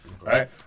Right